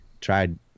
Tried